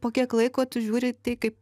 po kiek laiko tu žiūri į tai kaip